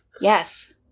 Yes